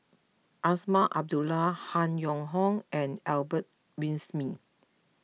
Azman Abdullah Han Yong Hong and Albert Winsemius